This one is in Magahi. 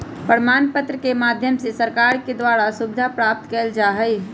प्रमाण पत्र के माध्यम से सरकार के द्वारा सुविधा प्राप्त कइल जा हई